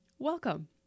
Welcome